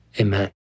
amen